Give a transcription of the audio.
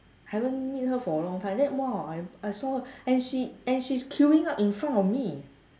haven't meet her for a long time and then !wah! I saw her and she and she is queuing up in front of me